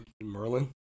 Merlin